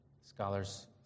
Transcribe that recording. Scholars